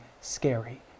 scary